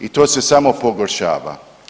I to se samo pogoršava.